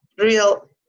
real